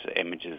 images